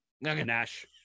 Nash